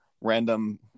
random